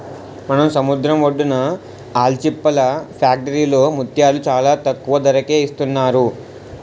మన సముద్రం ఒడ్డున ఆల్చిప్పల ఫ్యాక్టరీలో ముత్యాలు చాలా తక్కువ ధరకే ఇస్తున్నారు